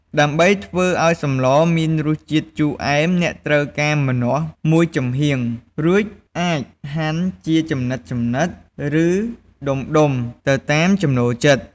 ដើម្បីធ្វើឲ្យសម្លមានរសជាតិជូរអែម អ្នកត្រូវការ ម្នាស់មួយចំហៀង រួចអាចហាន់ជាចំណិតៗ ឬដុំៗ ទៅតាមចំណូលចិត្ត។